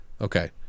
Okay